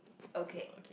okay